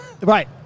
Right